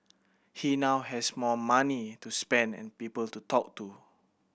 he now has more money to spend and people to talk to